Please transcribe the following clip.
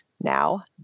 Now